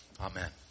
Amen